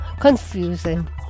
confusing